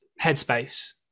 Headspace